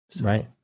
Right